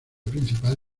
principal